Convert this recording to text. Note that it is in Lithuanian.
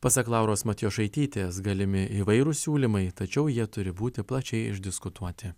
pasak lauros matjošaitytės galimi įvairūs siūlymai tačiau jie turi būti plačiai išdiskutuoti